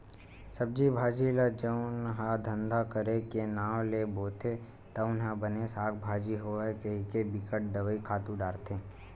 सब्जी भाजी ल जउन ह धंधा करे के नांव ले बोथे तउन ह बने साग भाजी होवय कहिके बिकट दवई, खातू डारथे